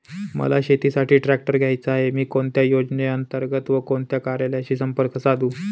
मला शेतीसाठी ट्रॅक्टर घ्यायचा आहे, मी कोणत्या योजने अंतर्गत व कोणत्या कार्यालयाशी संपर्क साधू?